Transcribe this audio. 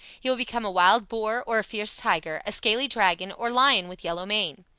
he will become a wild boar or a fierce tiger, a scaly dragon or lion with yellow mane.